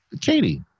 Katie